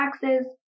taxes